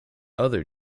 other